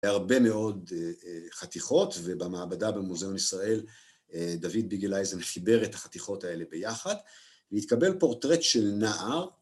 והרבה מאוד חתיכות, ובמעבדה במוזיאון ישראל דוד ביגלאייזן חיבר את החתיכות האלה ביחד, והתקבל פורטרט של נער.